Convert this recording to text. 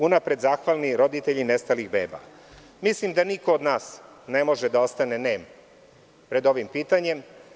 Unapred zahvalni roditelji nestalih beba.“ Mislim da niko od nas ne može da ostane nem pred ovim pitanjem.